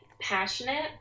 passionate